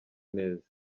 neza